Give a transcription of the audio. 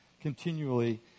continually